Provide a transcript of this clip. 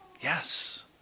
Yes